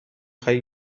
خوای